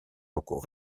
locaux